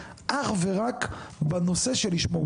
אנחנו העברנו דווח כלשכה.